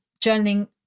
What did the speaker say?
Journaling